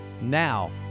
Now